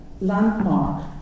landmark